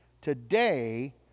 Today